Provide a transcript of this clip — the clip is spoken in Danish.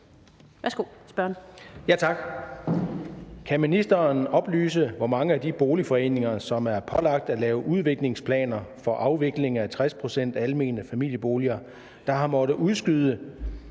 Kan ministeren oplyse, hvor mange af de boligforeninger, som er pålagt at lave udviklingsplaner for afvikling af 60 pct. almene familieboliger, der har måttet udskyde